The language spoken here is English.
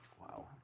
Wow